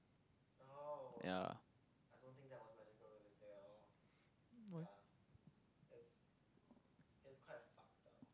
ya why